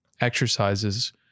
exercises